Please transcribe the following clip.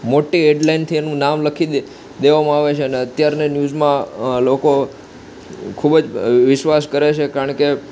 મોટી હેડલાઇનથી એનું નામ લખી દે દેવામાં આવે છે અને અત્યારના ન્યૂઝમાં લોકો ખૂબ જ વિશ્વાસ કરે છે કારણ કે